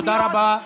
תודה רבה.